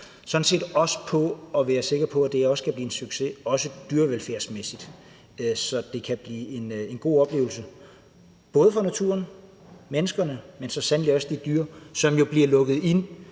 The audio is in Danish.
800 mio. kr., på at sikre, at det her kan blive en succes, også dyrevelfærdsmæssigt, så det kan blive en god oplevelse, både for naturen, menneskerne, men så sandelig også for de dyr, som jo bliver lukket inde